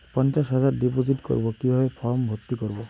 পঞ্চাশ হাজার ডিপোজিট করবো কিভাবে ফর্ম ভর্তি করবো?